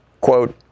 quote